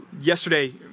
Yesterday